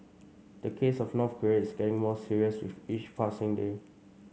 the case of North Korea is getting more serious with each passing day